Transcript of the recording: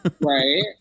right